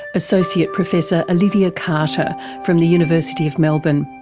associate professor olivia carter form the university of melbourne.